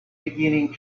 beginning